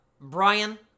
Brian